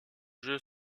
jeu